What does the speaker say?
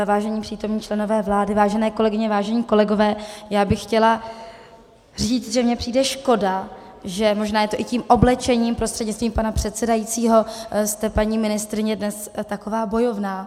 Vážení přítomní členové vlády, vážené kolegyně, vážení kolegové, já bych chtěla říct, že mi přijde škoda, že možná je to i tím oblečením prostřednictvím pana předsedajícího jste, paní ministryně, dnes taková bojovná.